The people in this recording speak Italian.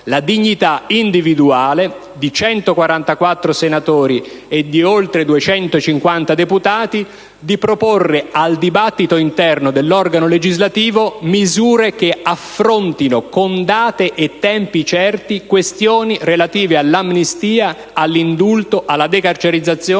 la dignità individuale di 141 senatori e di oltre 250 deputati di proporre al dibattito interno dell'organo legislativo misure che affrontino, con date e tempi certi, questioni relative all'amnistia, all'indulto, alla decarcerizzazione